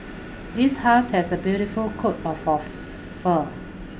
this husky has a beautiful coat of fur